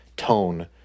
tone